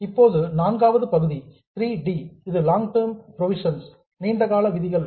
இப்போது நான்காவது பகுதி 3 டி இது லாங் டெர்ம் புரோவிஷன்ஸ் நீண்டகால விதிகள்